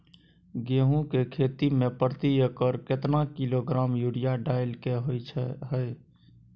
गेहूं के खेती में प्रति एकर केतना किलोग्राम यूरिया डालय के होय हय?